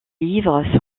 livres